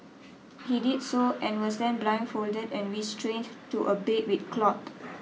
he did so and was then blindfolded and restrained to a bed with cloth